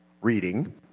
reading